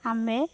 ଆମେ